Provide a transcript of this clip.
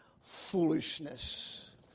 foolishness